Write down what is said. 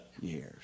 years